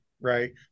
right